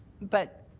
but